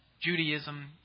Judaism